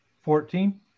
Fourteen